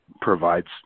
provides